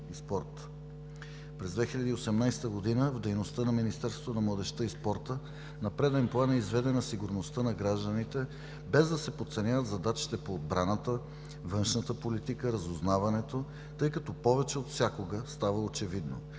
През 2018 г. в дейността на Министерството на младежта и спорта на преден план е изведена сигурността на гражданите, без да се подценяват задачите по отбраната, външната политика, разузнаването, тъй като повече от всякога става очевидно,